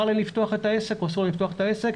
להם לפתוח את העסק או שאסור להם לפתוח את העסק,